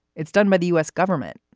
it's done by the u s. government.